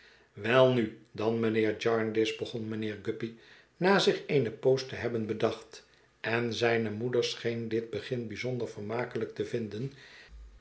welnu dan mijnheer jarndyce begon mijnheer guppy na zich eene poos te hebben bedacht en zijne moeder scheen dit begin bijzonder vermakelijk te vinden